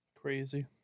Crazy